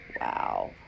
Wow